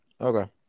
Okay